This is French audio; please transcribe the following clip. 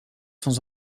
sans